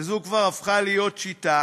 וזו כבר הפכה להיות שיטה.